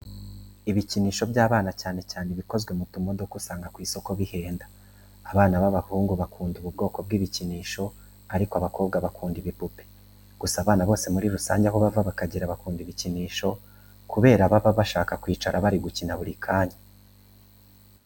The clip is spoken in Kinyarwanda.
Ibikinisho by'abana cyane cyane ibikoze mu tumodoka usanga ku isoko bihenda. Abana b'abahungu bakunda ubu bwoko bw'ibikinisho ariko abakobwa bo bakunda ibipupe, gusa abana bose muri rusange aho bava bakagera bakunda ibikinisho kubera baba bashaka kwicara bari gukina buri kanya.